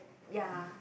ya